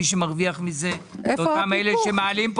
מי שמרוויח מזה הם אותם אלה שמעלים פה